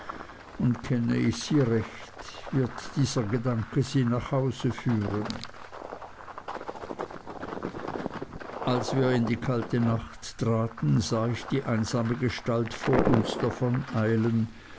und kenne ich sie recht wird dieser gedanke sie nach hause führen als wir hinaus in die kalte nacht traten sah ich die einsame gestalt vor uns